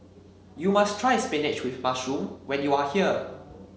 you must try spinach with mushroom when you are here